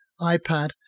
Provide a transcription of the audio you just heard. iPad